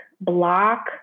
block